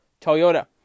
Toyota